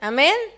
Amen